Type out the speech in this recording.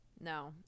No